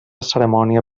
cerimònia